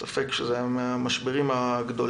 ספק שהיא מן המשברים הגדולים,